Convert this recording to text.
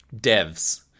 Devs